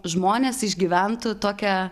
žmonės išgyventų tokią